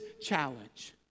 challenge